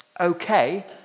okay